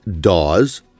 DAWs